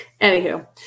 Anywho